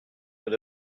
nous